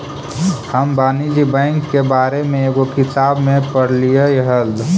हम वाणिज्य बैंक के बारे में एगो किताब में पढ़लियइ हल